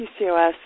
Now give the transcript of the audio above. PCOS